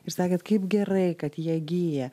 ir sakėt kaip gerai kad jie gyja